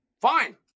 Fine